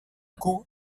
coup